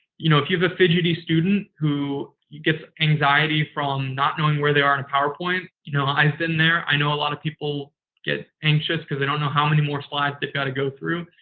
you know, if you have a fidgety student who gets anxiety from not knowing where they are in a powerpoint, you know i've been there, i know a lot of people get anxious because they don't know how many more slides they've got to go through,